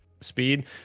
speed